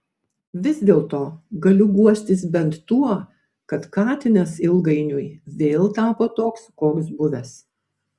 vis dėlto galiu guostis bent tuo kad katinas ilgainiui vėl tapo toks koks buvęs